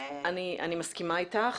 אני מסכימה איתך.